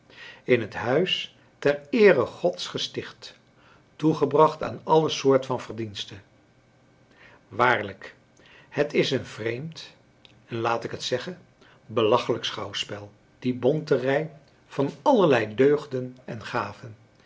in het huis ter eere gods gesticht toegebracht aan alle soort van verdiensten waarlijk het is een vreemd een laat ik het zeggen belachelijk schouwspel die bonte rij van allerlei deugden en gaven